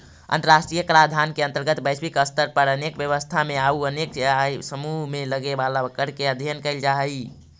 अंतर्राष्ट्रीय कराधान के अंतर्गत वैश्विक स्तर पर अनेक व्यवस्था में अउ अनेक आय समूह में लगे वाला कर के अध्ययन कैल जा हई